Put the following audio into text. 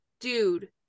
dude